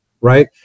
right